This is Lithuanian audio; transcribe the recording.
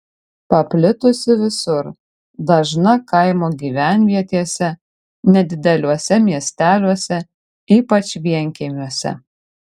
paplitusi visur dažna kaimo gyvenvietėse nedideliuose miesteliuose ypač vienkiemiuose